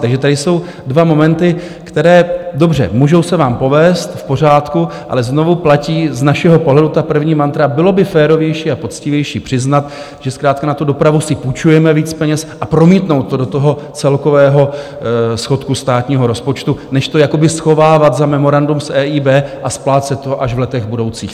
Takže tady jsou dva momenty, které dobře, můžou se vám povést, v pořádku, ale znovu platí z našeho pohledu ta první mantra: bylo by férovější a poctivější přiznat, že zkrátka na dopravu si půjčujeme víc peněz, a promítnout to do celkového schodku státního rozpočtu, než to jakoby schovávat za memorandum z EIB a splácet až v letech budoucích.